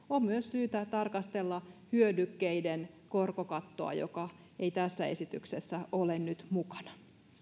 on myös syytä tarkastella hyödykkeiden korkokattoa joka ei tässä esityksessä ole nyt mukana